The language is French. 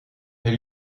est